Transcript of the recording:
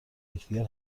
یکدیگر